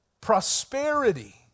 Prosperity